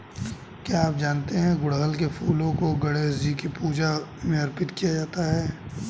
क्या आप जानते है गुड़हल के फूलों को गणेशजी की पूजा में अर्पित किया जाता है?